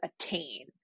attain